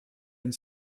une